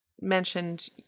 mentioned